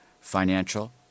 financial